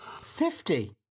Fifty